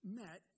met